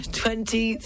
twenty